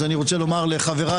אז אני רוצה לומר לחבריי,